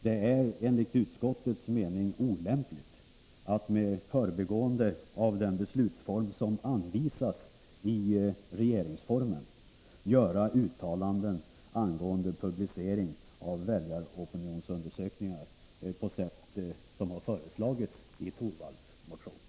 Det är enligt utskottets mening olämpligt att med förbigående av den beslutsordning som anvisas i regeringsformen göra uttalanden på det sätt som föreslagits i Torwalds motion angående publicering av väljaropinionsundersökningar.